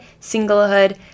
singlehood